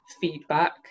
feedback